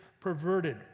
perverted